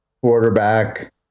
quarterback